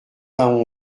vingt